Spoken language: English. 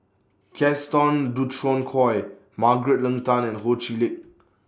Gaston Dutronquoy Margaret Leng Tan and Ho Chee Lick